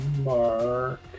mark